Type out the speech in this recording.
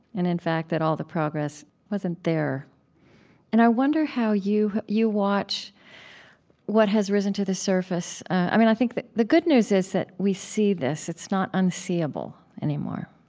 and in fact, that all the progress wasn't there and i wonder how you you watch what has risen to the surface. i mean, i think that the good news is that we see this. it's not unseeable anymore.